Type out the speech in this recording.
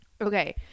Okay